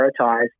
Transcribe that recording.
prioritize